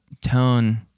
tone